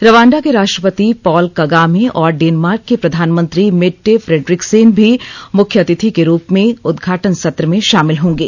Rwanda के राष्ट्रपति Paul Kagame और डेनमार्क के प्रधानमंत्री मेट्टे फ्रेडरिकसेन भी मुख्य अतिथि के रूप में उदघाटन सत्र में शामिल होंगे